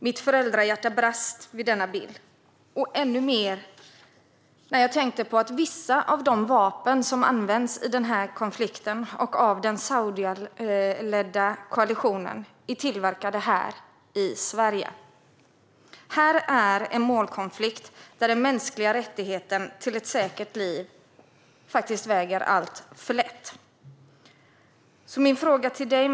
Mitt föräldrahjärta brast av denna bild och ännu mer när jag tänkte på att vissa av de vapen som används i denna konflikt av den saudiskledda koalitionen är tillverkade här i Sverige. Det är en målkonflikt där den mänskliga rättigheten till ett säkert liv väger alltför lätt. Min fråga till dig.